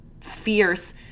fierce